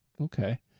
okay